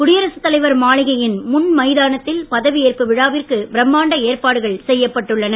குடியரசுத் தலைவர் மாளிகையின் முன் மைதானத்தில் பதவியேற்பு விழாவிற்கு பிரமாண்ட ஏற்பாடுகள் செய்யப்பட்டு உள்ளன